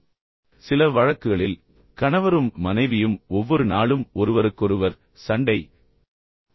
ஆனால் நான் சொன்னது போல் சில வழக்குகள் கணவரும் மனைவியும் ஒவ்வொரு நாளும் ஒருவருக்கொருவர் சண்டையிடுகிறார்கள்